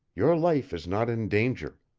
your life is not in danger.